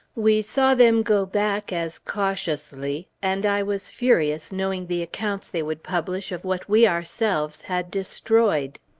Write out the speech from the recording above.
we saw them go back as cautiously, and i was furious, knowing the accounts they would publish of what we ourselves had destroyed.